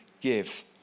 give